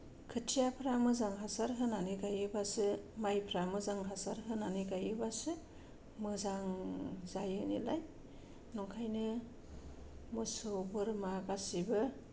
खोथियाफ्रा मोजां हासार होनानै गायोबासो माइफ्रा मोजां हासार होनानै गायोबासो मोजां जायो नालाय नंखायनो मोसौ बोरमा गासैबो